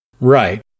Right